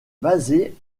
basée